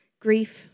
grief